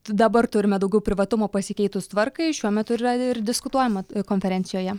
dabar turime daugiau privatumo pasikeitus tvarkai šiuo metu yra ir diskutuojama konferencijoje